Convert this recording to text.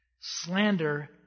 Slander